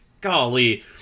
Golly